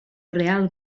real